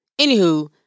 Anywho